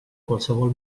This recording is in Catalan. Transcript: qualsevol